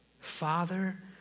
Father